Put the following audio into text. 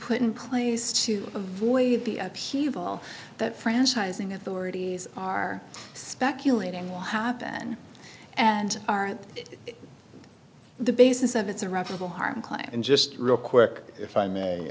in place to avoid the upheaval that franchising authorities are speculating will happen and aren't the basis of it's a reputable harm claim and just real quick if i may